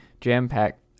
jam-packed